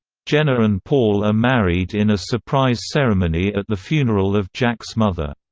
jenna and paul are married in a surprise ceremony at the funeral of jack's mother.